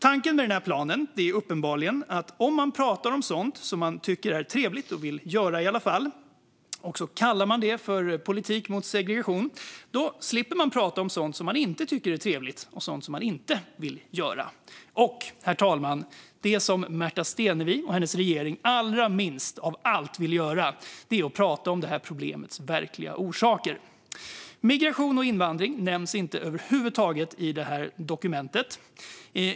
Tanken med den här planen är uppenbarligen att om man pratar om sådant som man tycker är trevligt och vill göra i alla fall och sedan kallar det för politik mot segregation slipper man prata om sådant som man inte tycker är trevligt och sådant som man inte vill göra. Och, herr talman, det som Märta Stenevi och hennes regering allra minst av allt vill göra är att prata om det här problemets verkliga orsaker. Migration och invandring nämns inte över huvud taget i det här dokumentet.